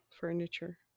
furniture